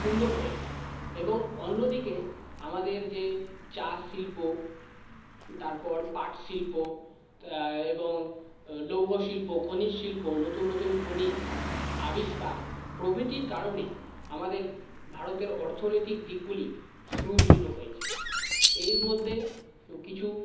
সুন্দর হয়েছে এবং অন্যদিকে আমাদের যে চা শিল্প তারপর পাট শিল্প এবং লৌহ শিল্প খনিজ শিল্প নতুন নতুন খনিজ আবিষ্কার প্রভৃতির কারণে আমাদের ভারতের অর্থনৈতিক দিকগুলি সুদৃঢ় হয়েছে এর মধ্যে কিছু